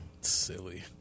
Silly